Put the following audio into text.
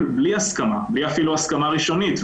בלי הסכמה ובלי אפילו הסכמה ראשונית.